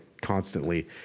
constantly